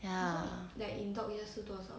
ya